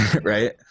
Right